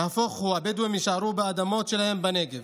נהפוך הוא, הבדואים יישארו באדמות שלהם בנגב.